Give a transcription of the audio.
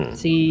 si